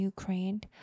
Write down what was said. Ukraine